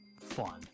fun